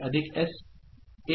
SRSER S1